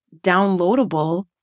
downloadable